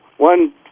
One